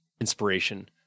inspiration